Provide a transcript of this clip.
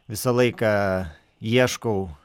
visą laiką ieškau